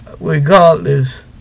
Regardless